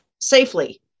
safely